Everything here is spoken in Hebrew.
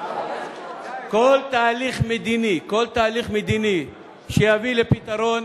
כל תהליך מדיני, כל תהליך מדיני שיביא לפתרון,